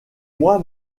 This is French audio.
moi